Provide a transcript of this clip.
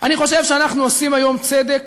אני חושב שאנחנו עושים היום צדק